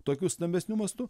tokiu stambesniu mastu